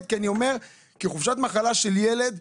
בזמן שהילד חולה,